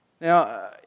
Now